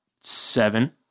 Seven